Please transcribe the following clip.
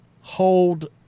hold